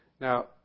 Now